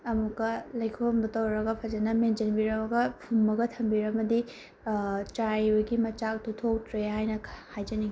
ꯑꯃꯨꯛꯀ ꯂꯩꯈꯣꯝꯗꯣ ꯇꯧꯔꯒ ꯐꯖꯅ ꯃꯦꯟꯁꯤꯟꯕꯤꯔꯝꯃꯒ ꯐꯨꯝꯃꯒ ꯊꯝꯕꯤꯔꯝꯃꯗꯤ ꯆꯥꯏꯕꯒꯤ ꯃꯆꯥꯛꯇꯣ ꯍꯥꯏꯅ ꯍꯥꯏꯖꯅꯤꯡꯏ